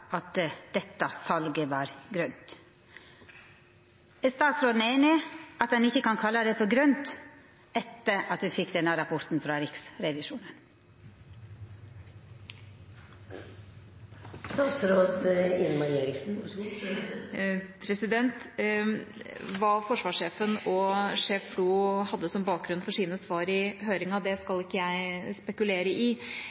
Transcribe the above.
at dette salet var grønt. Er statsråden einig i at ein ikkje kan kalla det for «grønt» etter at me fekk denne rapporten frå Riksrevisjonen? Hva forsvarssjefen og sjef FLO hadde som bakgrunn for sine svar i høringen, skal ikke jeg spekulere i,